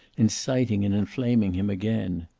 inciting and inflaming him again.